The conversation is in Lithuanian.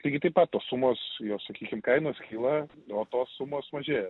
lygiai taip pat tos sumos jos sakykim kainos kyla o tos sumos mažėja